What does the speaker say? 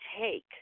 take